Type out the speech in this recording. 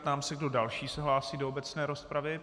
Ptám se, kdo další se hlásí do obecné rozpravy.